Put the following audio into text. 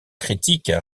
critiques